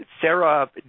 Sarah